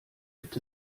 gibt